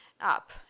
up